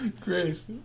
Grace